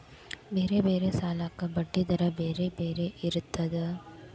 ಬೇರೆ ಬೇರೆ ಸಾಲಕ್ಕ ಬಡ್ಡಿ ದರಾ ಬೇರೆ ಬೇರೆ ಇರ್ತದಾ?